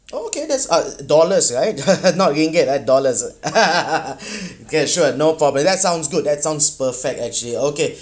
okay that's uh dollars right not ringgit right dollars okay sure no problem that sounds good that sounds perfect actually okay